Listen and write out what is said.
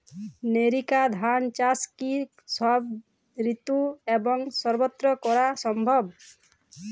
NERICA ধান চাষ কি সব ঋতু এবং সবত্র করা সম্ভব?